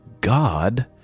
God